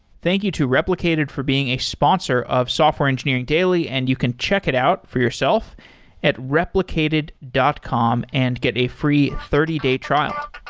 thank you to replicated for being a sponsor of software engineering daily, and you can check it out for yourself at replicated dot com and get a free thirty day trial